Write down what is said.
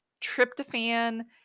tryptophan